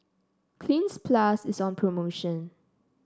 Cleanz Plus is on promotion